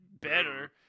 better